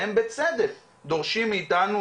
והם בצדק דורשים מאתנו,